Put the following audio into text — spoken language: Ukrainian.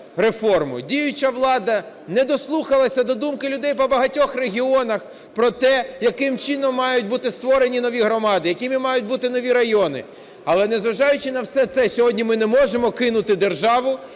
реформу, діюча влада не дослухалася до думки людей по багатьох регіонах про те, яким чином мають бути створені нові громади, якими мають бути нові райони. Але, незважаючи на все це, сьогодні ми не можемо кинути державу,